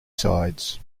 sides